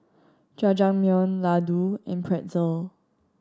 Jajangmyeon Ladoo and Pretzel